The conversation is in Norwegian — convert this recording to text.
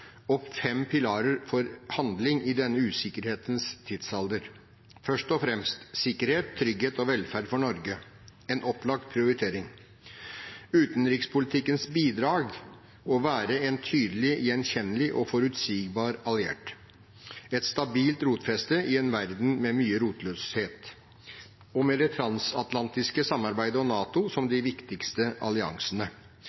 opp fem pilarer for handling i denne usikkerhetens tidsalder – først og fremst «sikkerhet, trygghet og velferd» for Norge, en opplagt prioritering. Utenrikspolitikkens bidrag er å være «en tydelig, gjenkjennelig og forutsigbar» alliert, et stabilt rotfeste i en verden med mye rotløshet og med det transatlantiske samarbeidet og NATO som de